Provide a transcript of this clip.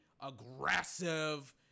aggressive